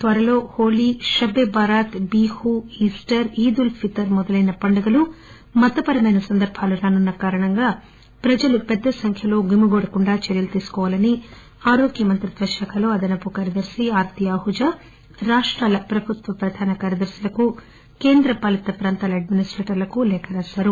త్వరలో హోలీ షబ్బె బరాత్ బిహు ఈస్టర్ ఈద్ ఉల్ ఫితర్ మొదలైన పండుగలు మతపరమైన సందర్భాలు రానున్న కారణంగా ప్రజలు పెద్దసంఖ్యలో గుమిగూడకుండా చర్యలు తీసుకోవాలని ఆరోగ్య మంత్రిత్వ శాఖలో అదనపు కార్యదర్శి హారతి అహూజా రాష్టాల ప్రభుత్వ ప్రధాన కార్యదర్శులకు కేంద్ర పాలిత ప్రాంతాల అడ్మినిస్టేటర్లకు లేఖ రాశారు